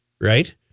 right